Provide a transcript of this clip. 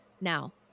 Now